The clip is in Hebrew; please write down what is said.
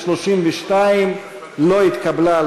והסתייגות 32 לא התקבלה,